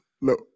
No